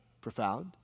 profound